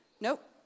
Nope